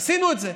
עשינו את זה,